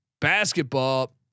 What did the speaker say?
basketball